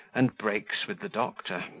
and breaks with the doctor.